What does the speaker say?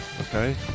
Okay